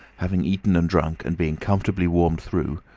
having eaten and drunk and being comfortably warmed through,